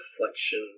reflection